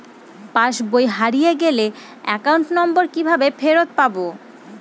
পাসবই হারিয়ে গেলে account number কিভাবে ফেরত পাব?